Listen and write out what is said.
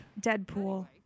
Deadpool